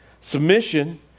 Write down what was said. submission